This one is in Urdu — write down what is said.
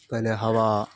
پہلے ہوا